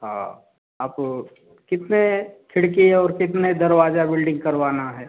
हाँ आप कितने खिड़की और कितने दरवाज़े वेल्डिंग करवाना है